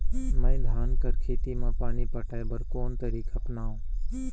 मैं धान कर खेती म पानी पटाय बर कोन तरीका अपनावो?